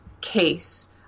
case